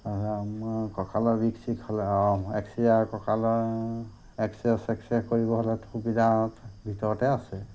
কঁকালৰ বিষ চিষ হ'লে এক্সৰে আৰু কঁকালৰ এক্সৰে চেক্সৰে কৰিব হ'লে সুবিধা ভিতৰতে আছে